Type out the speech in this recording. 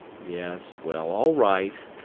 yes, well, all right,